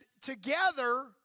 together